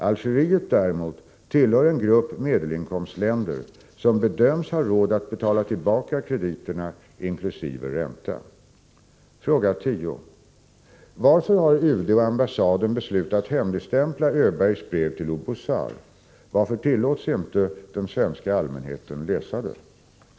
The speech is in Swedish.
Algeriet däremot tillhör en grupp medelinkomstländer som Om BPA:s affärer i bedöms ha råd att betala tillbaka krediterna inkl. ränta. Fråga 10: Varför har UD och ambassaden beslutat hemligstämpla Öbergs brev till Oubouzar? Varför tillåts inte den svenska allmänheten läsa det?